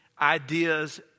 ideas